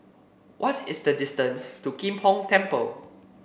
what is the distance to Kim Hong Temple